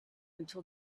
until